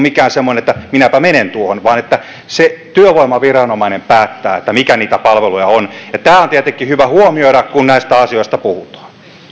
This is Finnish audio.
mikään semmoinen että minäpä menen tuohon vaan työvoimaviranomainen päättää mitä niitä palveluja on ja tämä on tietenkin hyvä huomioida kun näistä asioista puhutaan